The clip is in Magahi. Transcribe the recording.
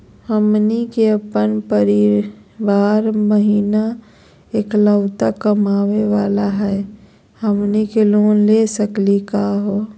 हमनी के अपन परीवार महिना एकलौता कमावे वाला हई, हमनी के लोन ले सकली का हो?